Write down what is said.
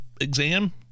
exam